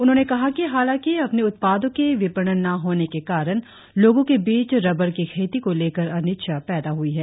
उन्होंने कहा कि हालाकि अपने उत्पादो की विपणन न होने के कारण लोगों के बीच रबर की खेती को लेकर अनिच्छा पैदा हई है